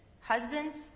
Husbands